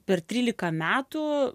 per trylika metų